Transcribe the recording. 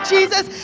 Jesus